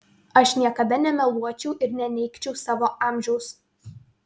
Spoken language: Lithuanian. aš niekada nemeluočiau ir neneigčiau savo amžiaus